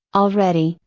already,